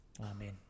Amen